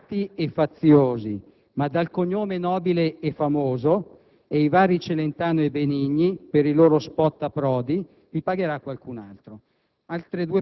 schierati e faziosi, ma dal cognome nobile e famoso, ed i vari Celentano e Benigni, per i loro *spot* a Prodi, li pagherà qualcun'altro.